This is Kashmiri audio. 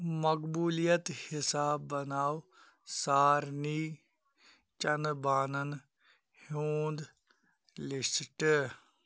مقبوٗلِیت حِساب بناو سارِنٕے چؠنہٕ بانَن ہُنٛد لِسٹہٕ